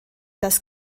das